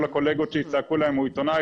כל הקולגות שלי צעקו להם הוא עיתונאי,